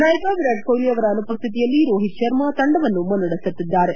ನಾಯಕ ವಿರಾಟ್ ಕೊಹ್ಲಿ ಅವರ ಅನುಪಹ್ನಿತಿಯಲ್ಲಿ ರೋಹಿತ್ ಶರ್ಮ ತಂಡವನ್ನು ಮುನ್ನಡೆಸುತ್ತಿದ್ದಾರೆ